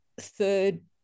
third